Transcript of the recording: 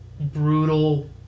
brutal